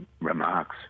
remarks